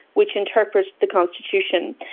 which interprets the constitution,